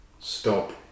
stop